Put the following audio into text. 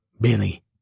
Billy